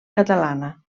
catalana